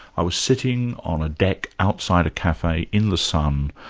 i was sitting on a deck outside a cafe in the sun,